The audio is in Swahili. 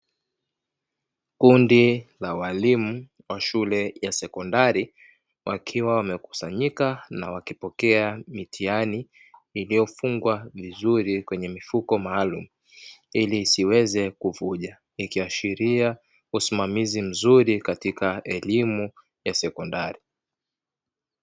Kundi la walimu wa shule ya sekondari, wakiwa wamekusanyika na wakipokea mitihani iliyofungwa vizuri kwenye mifuko maalumu ili isiweze kuvuja, ikiashiria usimamizi mzuri katika elimu ya sekondari.